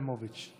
מיקי חיימוביץ'.